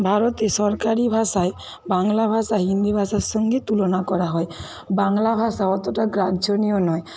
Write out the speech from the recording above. ভারতে সরকারি ভাষায় বাংলা ভাষা হিন্দি ভাষার সঙ্গে তুলনা করা হয় বাংলা ভাষা অতটা গ্রাহ্যনীয় নয়